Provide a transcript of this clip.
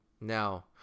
Now